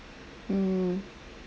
um